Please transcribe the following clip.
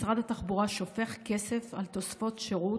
משרד התחבורה שופך כסף על תוספות שירות,